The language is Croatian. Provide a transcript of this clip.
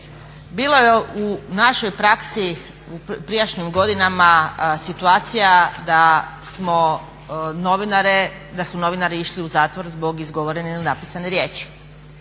bilo je u našoj praksi u prijašnjim godinama situacija da su novinari išli u zatvor zbog izgovorene ili napisane riječi